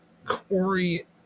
Corey